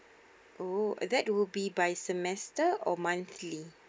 oh that would be by semester or monthly